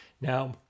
Now